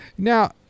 Now